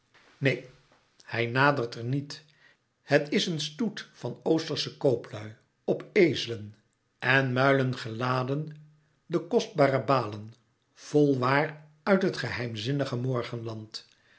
neen hij nadert er niet het is een stoet van oostersche kooplui op ezelen en muilen geladen de kostbare balen vol waar uit het geheimzinnige morgenland